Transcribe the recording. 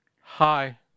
Hi